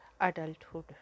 adulthood